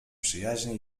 przyjaźnie